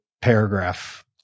paragraph